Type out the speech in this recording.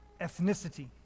ethnicity